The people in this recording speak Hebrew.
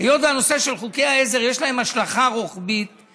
בנושא של חוקי העזר יש להם השלכה רוחבית,